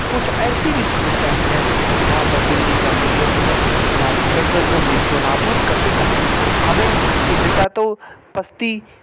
کچھ ایسی بھی صورتیں ہیں جہاں پر دلی کا میڈیا جو ہے ہماری کلجر کو نیست و نابود کر دیتا ہے ہمیں انحطاط و پستی